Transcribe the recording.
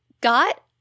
got